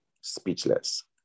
speechless